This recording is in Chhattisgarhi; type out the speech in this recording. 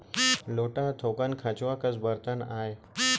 लोटा ह थोकन खंचवा कस बरतन आय